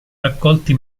raccolti